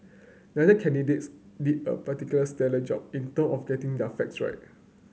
neither candidates did a particularly stellar job in term of getting their facts right